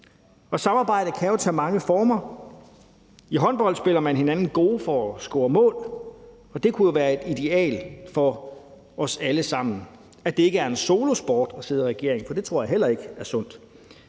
Samarbejde kan jo tage mange former. I håndbold spiller man hinanden gode for at score mål, og det kunne jo være et ideal for os alle sammen, altså at det ikke er en solosport at sidde i regering, for det tror jeg heller ikke er sundt.